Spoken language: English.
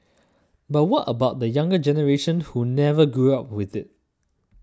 but what about the younger generation who never grew up with it